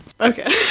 Okay